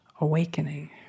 awakening